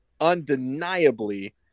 undeniably